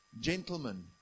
Gentlemen